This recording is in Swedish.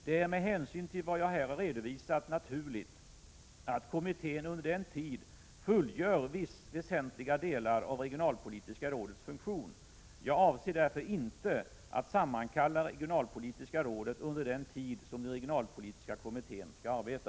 Det är, med hänsyn till vad jag här har redovisat, naturligt att kommittén under en tid fullgör väsentliga delar av regionalpolitiska rådets funktion. Jag avser därför inte att sammankalla regionalpolitiska rådet under den tid som den regionalpolitiska kommittén skall arbeta.